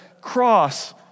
cross